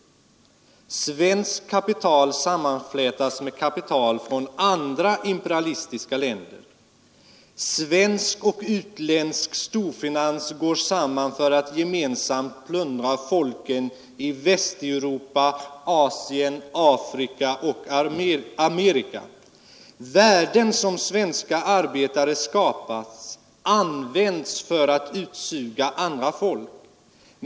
Svenskt kapital sammanflätas med kapital från andra imperialistiska länder. Svensk och utländsk storfinans går samman för att gemensamt plundra folken i Västeuropa, Asien, Afrika och Amerika. Värden som svenska arbetare skapat används för att utsuga andra folk.